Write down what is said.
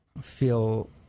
feel